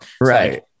Right